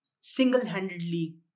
single-handedly